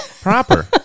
Proper